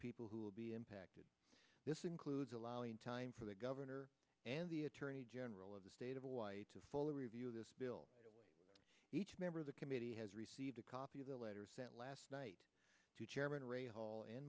people who will be impacted this includes allowing time for the governor and the attorney general of the state of hawaii to fully review this bill each member of the committee has received a copy of the letter sent last night to chairman or a h